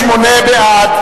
68 בעד,